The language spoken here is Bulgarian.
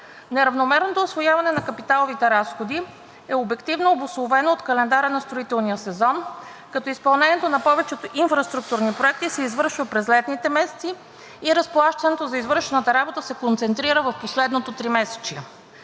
Неравномерното усвояване на капиталовите разходи е обективно обусловено от календара на строителния сезон, като изпълнението на повечето инфраструктурни проекти се извършва през летните месеци и разплащането за извършената работа се концентрира в последното тримесечие.